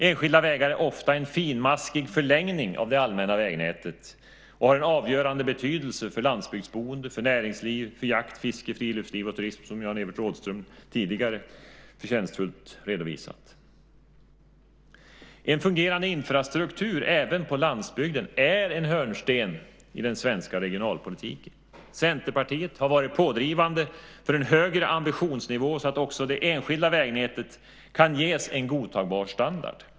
Enskilda vägar är ofta en finmaskig förlängning av det allmänna vägnätet och har en avgörande betydelse för landsbygdsboende, för näringsliv, för jakt, fiske, friluftsliv och turism, som Jan-Evert Rådhström tidigare förtjänstfullt redovisat. En fungerande infrastruktur även på landsbygden är en hörnsten i den svenska regionalpolitiken. Centerpartiet har varit pådrivande för en högre ambitionsnivå så att också det enskilda vägnätet kan ges en godtagbar standard.